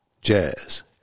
jazz